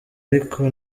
ariko